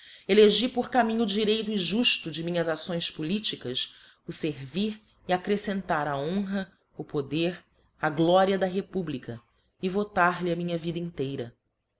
elegi por caminho direito e jufto de minhas acções politicas o fervir e accrefcentar a honra o poder a gloria da republica e votar lhe a minha vida inteira